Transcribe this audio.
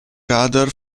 radar